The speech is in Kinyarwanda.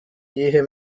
yihe